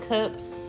Cups